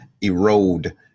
erode